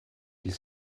ils